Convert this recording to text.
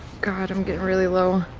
god, i'm getting really low.